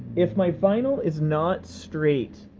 if my vinyl is not straight,